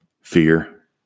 fear